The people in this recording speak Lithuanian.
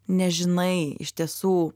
nežinai iš tiesų